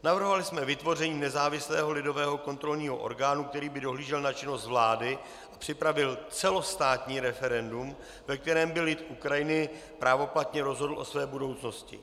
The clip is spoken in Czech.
Navrhovali jsme vytvoření nezávislého lidového kontrolního orgánu, který by dohlížel na činnost vlády a připravil celostátní referendum, ve kterém by lid Ukrajiny právoplatně rozhodl o své budoucnosti.